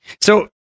So-